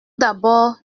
d’abord